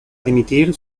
dimitir